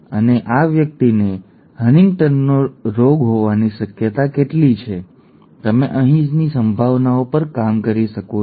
અને આ વ્યક્તિને હન્ટિંગ્ટન હોવાની કેટલી શક્યતા છે તમે અહીંની સંભાવનાઓ પર કામ કરી શકો છો